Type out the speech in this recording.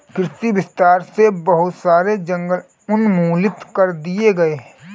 कृषि विस्तार से बहुत सारे जंगल उन्मूलित कर दिए गए